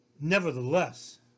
Nevertheless